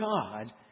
God